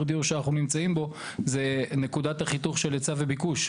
הדיור שאנחנו נמצאים בו הוא נקודות החיתוך של היצע וביקוש,